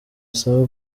asaba